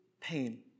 pain